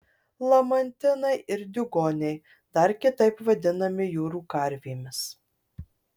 lamantinai ir diugoniai dar kitaip vadinami jūrų karvėmis